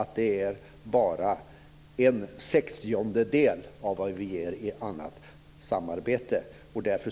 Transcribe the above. Det är alltså bara en sextiondedel av vad vi satsar på annat samarbete.